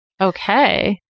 Okay